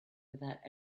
without